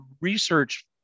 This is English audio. research